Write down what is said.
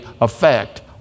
effect